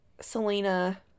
Selena